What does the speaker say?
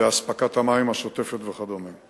אספקת המים השוטפת וכדומה.